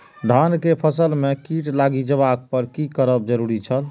धान के फसल में कीट लागि जेबाक पर की करब जरुरी छल?